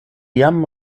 jam